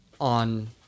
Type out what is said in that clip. on